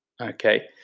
Okay